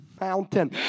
mountain